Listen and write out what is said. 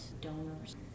donors